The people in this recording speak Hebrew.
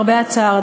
למרבה הצער,